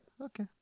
Okay